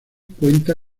cuenta